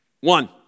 one